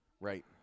right